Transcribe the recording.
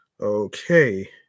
Okay